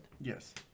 Yes